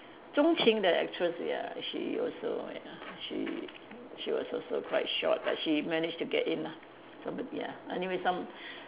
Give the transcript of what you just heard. Zhong-Qing the actress ya she also ya she she was also quite short but she managed to get in lah somebo~ anyway some